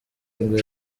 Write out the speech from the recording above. ngo